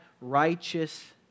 righteous